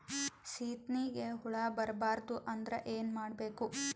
ಸೀತ್ನಿಗೆ ಹುಳ ಬರ್ಬಾರ್ದು ಅಂದ್ರ ಏನ್ ಮಾಡಬೇಕು?